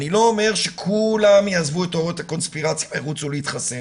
אני לא אומר שכולם יעזבו את תיאוריות הקונספירציה וירוצו להתחסן,